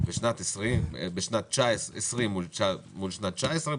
בשנת 20' מול שנת 19' ,